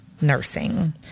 nursing